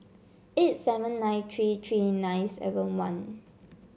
eight seven nine three three nine seven one